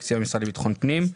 תקציב המשרד לביטחון הפנים.